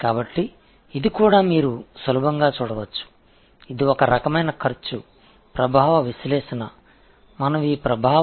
எனவே இதுவும் நீங்கள் எளிதாக பார்க்க முடியும் இது ஒரு வகையான செலவு விளைவு பகுப்பாய்வு